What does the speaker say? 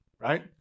right